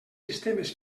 sistemes